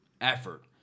effort